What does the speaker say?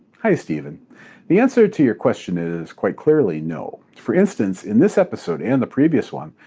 hi steven the answer to your question is quite clearly no. for instance, in this episode and the previous one,